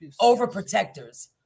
overprotectors